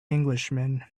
englishman